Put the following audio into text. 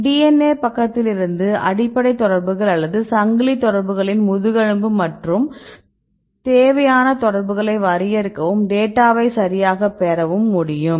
DNA பக்கத்திலிருந்து அடிப்படை தொடர்புகள் அல்லது சங்கிலி தொடர்புகளின் முதுகெலும்பு என்று தேவையான தொடர்புகளை வரையறுக்கவும் டேட்டாவை சரியாக பெறவும் முடியும்